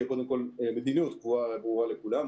תהיה קודם כול מדיניות קבועה וברורה לכולם.